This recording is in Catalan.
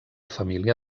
família